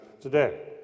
today